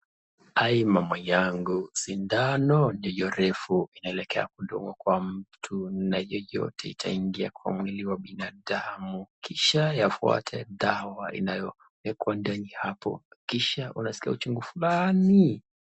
Aii mama yangu! sindano ndio refu inaelekea kudungwa kwa mtu, na hiyo yote itaingia kwa mwili wa binadamu .Kisha yafuate dawa inayoekwa ndani hapo, kisha unaskia uchungu fulani.